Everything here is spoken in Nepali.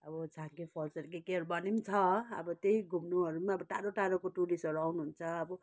अब छाँगे फल्सहरू के केहरू भन्ने छ अब त्यही घुम्नुहरू अब टाढो टाढोको टुरिस्टहरू आउनु हुन्छ अब